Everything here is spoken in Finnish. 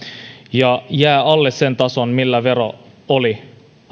ja jää alle sen tason millä vero oli